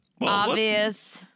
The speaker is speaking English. obvious